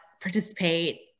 participate